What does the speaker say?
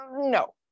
no